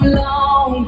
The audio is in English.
long